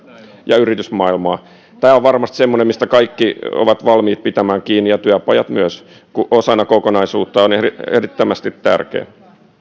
ja yritysmaailmaa tämä on varmasti semmoinen mistä kaikki ovat valmiita pitämään kiinni ja työpajat myös osana kokonaisuutta ovat ehdottomasti